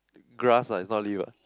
grass ah it's not leaf ah